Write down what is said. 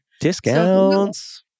Discounts